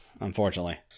unfortunately